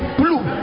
blue